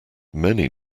many